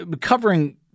covering